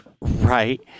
Right